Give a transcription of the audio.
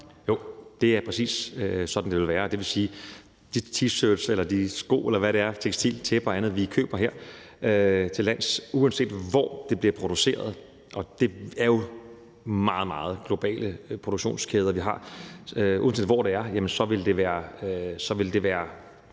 Jo, det er præcis sådan, det vil være, og det vil sige, at med hensyn til de t-shirts eller de sko, eller hvad det er, tekstiler, tæpper og andet, vi køber hertillands, uanset hvor det bliver produceret, og det er jo meget, meget globale produktionskæder, vi har, vil det være